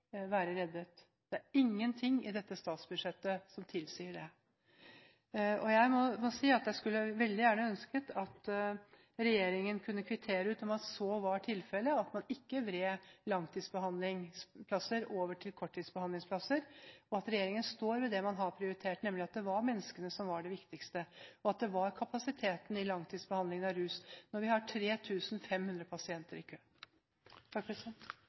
være reddet. Det er ingenting i dette statsbudsjettet som tilsier det. Jeg skulle veldig gjerne ønsket at regjeringen kunne kvittere ut at så var tilfellet at man ikke vred langtidsbehandlingsplasser over til korttidsbehandlingsplasser, at regjeringen står ved det man har prioritert, nemlig at det er menneskene som er det viktigste, og at det er kapasitet i langtidsbehandlingen av rusmisbrukere når vi har 3 500 pasienter i kø.